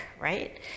right